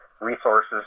resources